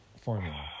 formula